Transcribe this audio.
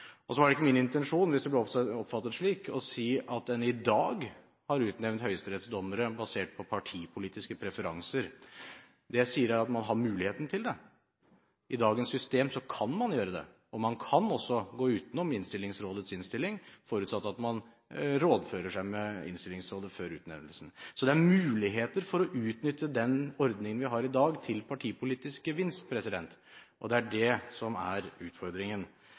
alvor. Så var det ikke min intensjon, hvis det ble oppfattet slik, å si at en i dag har utnevnt høyesterettsdommere basert på partipolitiske preferanser. Det jeg sier, er at man har muligheten til det. I dagens system kan man gjøre det. Man kan også gå utenom Innstillingsrådets innstilling forutsatt at man rådfører seg med Innstillingsrådet før utnevnelsen. Så det er muligheter for å utnytte den ordningen vi har i dag, til partipolitisk gevinst. Det er det som er utfordringen.